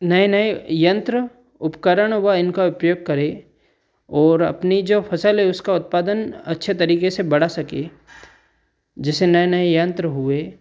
नए नए यंत्र उपकरण व इनका उपयोग करें और अपनी जो फ़सल है उसका उत्पादन अच्छे तरीक़े से बढ़ा सकें जैसे नए नए यंत्र हुए